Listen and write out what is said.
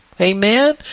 Amen